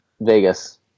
Vegas